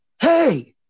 Hey